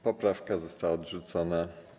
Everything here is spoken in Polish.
Poprawka została odrzucona.